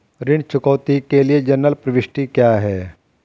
ऋण चुकौती के लिए जनरल प्रविष्टि क्या है?